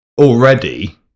already